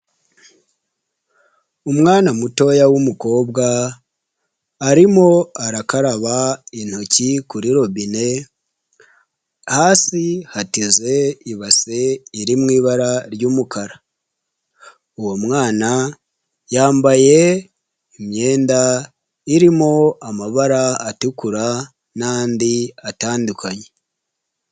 Umwana mutoya w'umukobwa arimo arakaraba intoki kuri robine hasi hateze ibase iri mu ibara ry'umukara. Uwo mwana yambaye imyenda irimo amabara atukura n'andi atandukanye.